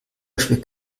beispiel